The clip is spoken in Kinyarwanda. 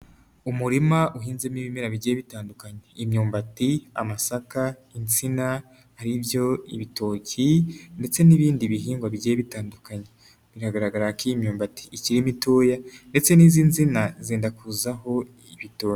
Umurima uhinzemo ibimera bigiye bitandukanye imyumbati, amasaka, insina ari byo ibitoki ndetse n'ibindi bihingwa bigiye bitandukanye, biragaragara ko iyi myumbati ikiri mitoya ndetse n'izi nsina zenda kuzaho ibitoki.